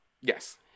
Yes